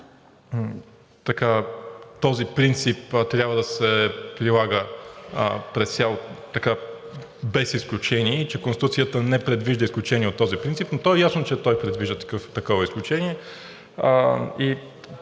този принцип трябва да се прилага без изключение и че Конституцията не предвижда изключения от този принцип, но то е ясно, че той предвижда такова изключение.